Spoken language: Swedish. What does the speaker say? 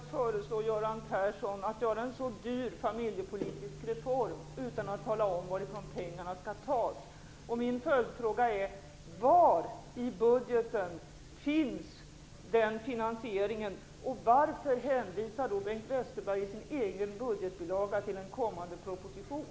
Herr talman! Det skulle vara mig helt främmande att föreslå Göran Persson en så dyr familjepolitisk reform utan att tala om varifrån pengarna skall tas. Min följdfråga är: Var i budgeten finns den finansieringen, och varför hänvisar Bengt Westerberg i sin egen budgetbilaga till en kommande proposition?